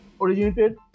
originated